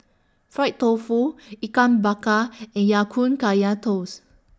Fried Tofu Ikan Bakar and Ya Kun Kaya Toast